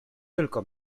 tylko